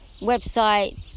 Website